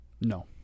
No